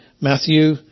Matthew